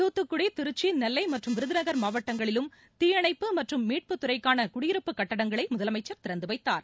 தூத்துக்குடி திருச்சி நெல்லை மற்றும் விருதுநகர் மாவட்டங்களிலும் தீயணைப்பு மற்றும் மீட்புத் துறையினருக்கான குடியிருப்பு கட்டங்களை முதலமைச்சர் திறந்து வைத்தார்